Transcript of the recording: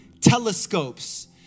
telescopes